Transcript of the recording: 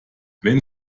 wenn